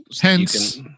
hence